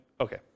Okay